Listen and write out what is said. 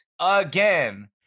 again